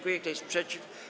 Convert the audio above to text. Kto jest przeciw?